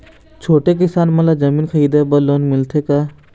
छोटे किसान मन ला जमीन खरीदे बर लोन मिलथे का?